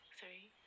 three